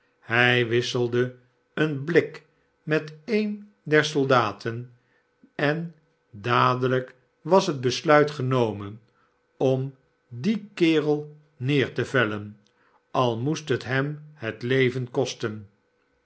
hij wisselde een blik met een der soldaten en dadelijk was het besluit genomen om dien kerel neer te vellen al moest het hem het leven kosten